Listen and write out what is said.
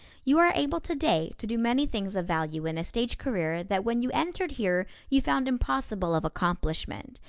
you are able today to do many things of value in a stage career that when you entered here you found impossible of accomplishment.